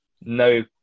no